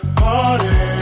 party